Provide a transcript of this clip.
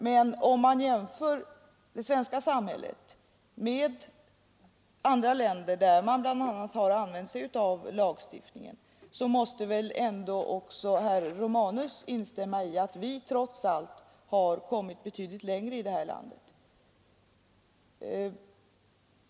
Men om man jämför det svenska samhället med andra länder, där man bl.a. använt sig av lagstiftning, måste väl ändå också herr Romanus instämma i att vi trots allt har kommit betydligt längre här i landet.